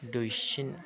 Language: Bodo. दुइसिन